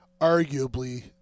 arguably